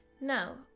Now